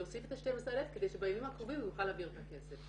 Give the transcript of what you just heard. יוסיף את ה-12,000 כדי שבימים הקרובים הוא יוכל להעביר את הכסף.